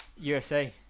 USA